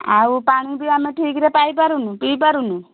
ଆଉ ପାଣି ବି ଆମେ ଠିକରେ ପାଇପାରିନୁ ପିଇପାରୁନୁ